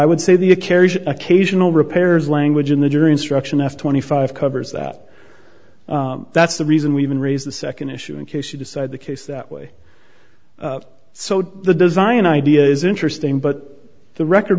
i would say the a carry occasional repairs language in the jury instruction f twenty five covers that that's the reason we even raise the second issue in case you decide the case that way so the design idea is interesting but the record